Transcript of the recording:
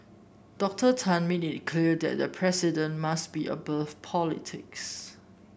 Doctor Tan made it clear that the president must be above politics